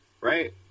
right